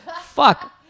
Fuck